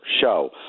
show